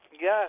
Yes